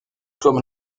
comme